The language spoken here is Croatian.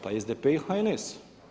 Pa SDP i HNS.